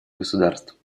государств